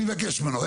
אני אבקש ממנו.